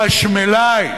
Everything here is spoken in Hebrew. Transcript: חשמלאי,